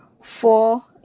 four